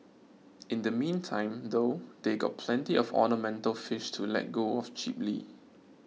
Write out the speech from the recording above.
in the meantime though they've got plenty of ornamental fish to let go of cheaply